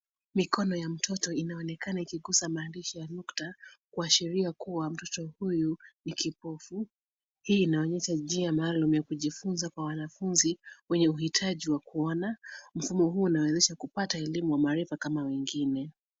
Mikono ya mtoto inaonekana ikigusa maandishi ya nukta ,kuashiria kuwa mtoto huyu ni kipofu. Hii inaonyesha njia maalum ya kujifunza kwa wanafunzi wenye uhitaji wa kuona. Mfumo huu unawezesha kupata elimu wa maarifa kama wengine.